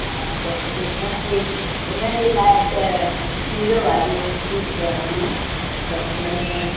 हा त उन खे उन जे लाइ त खीर वारी मिठी रहंदियूं त उन में